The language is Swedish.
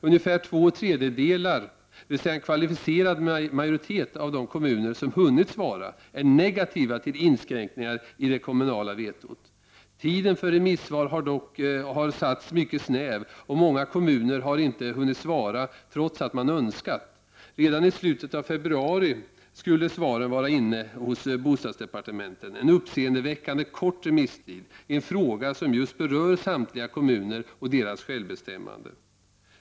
Ungefär två tredjedelar, dvs. en kvalificerad majoritet av de kommuner som har hunnit svara, är negativa till inskränkningar i det kommunala vetot! Tiden för remissvar har dock satts mycket snävt. Många kommuner har inte hunnit svara, trots att man önskat det. Redan i slutet av februari 1990 skulle svaren vara inne hos bostadsdepartementet — en uppseendeväckande kort remisstid i en fråga som just berör samtliga kommuner och deras självbestämmande.